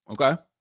Okay